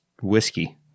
whiskey